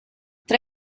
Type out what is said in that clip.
tra